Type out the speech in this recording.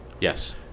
Yes